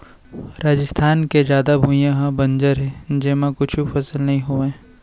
राजिस्थान के जादा भुइयां ह बंजर हे जेमा कुछु फसल नइ होवय